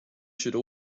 should